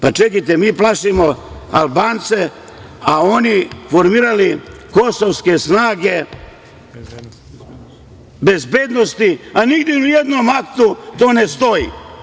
Pa, čekajte, mi plašimo Albance, a oni formirali kosovske snage bezbednosti, a nigde ni u jednom aktu to ne stoji?